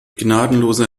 gnadenlose